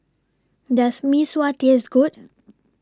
Does Mee Sua Taste Good